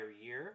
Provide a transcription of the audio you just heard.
year